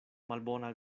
malbona